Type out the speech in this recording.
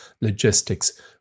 logistics